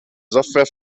software